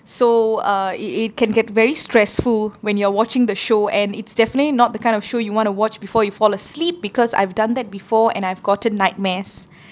so uh it it can get very stressful when you are watching the show and it's definitely not the kind of show you want to watch before you fall asleep because I've done that before and I've gotten nightmares